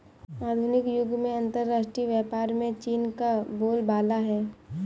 आधुनिक युग में अंतरराष्ट्रीय व्यापार में चीन का बोलबाला है